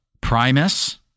Primus